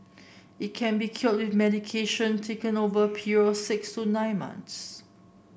it can be cured with medication taken over a period of six to nine months